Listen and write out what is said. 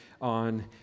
on